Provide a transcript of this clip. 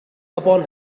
upon